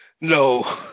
no